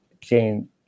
Jane